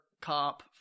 cop